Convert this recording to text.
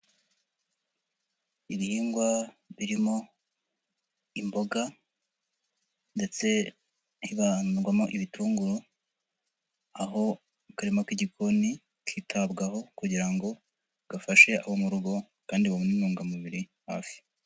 Ibihingwa birimo imboga ndetse hibandwamo ibitunguru, aho akarima k'igikoni kitabwaho kugira ngo gafashe abo mu rugo kandi babone intungamubiri hafi.